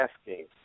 Asking